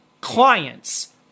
clients